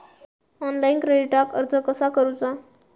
Online क्रेडिटाक अर्ज कसा करुचा?